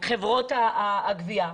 חברות גבייה,